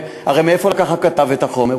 הרי מאיפה לקח הכתב את החומר?